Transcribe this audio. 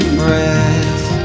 breath